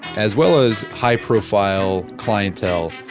as well as high-profile clientele,